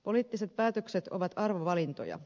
poliittiset päätökset ovat arvovalintoja